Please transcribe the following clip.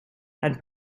and